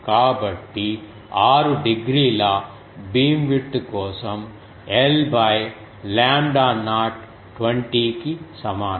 కాబట్టి 6 డిగ్రీల బీమ్విడ్త్ కోసం L లాంబ్డా నాట్ 20 కి సమానం